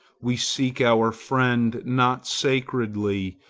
we seek our friend not sacredly,